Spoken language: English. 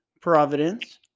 Providence